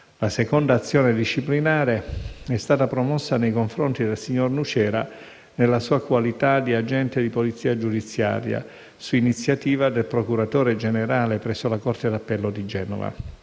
La seconda azione disciplinare è stata promossa nei confronti del signor Nucera nella sua qualità di agente di polizia giudiziaria, su iniziativa del procuratore generale presso la Corte d'appello di Genova.